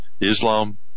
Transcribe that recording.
Islam